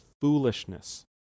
foolishness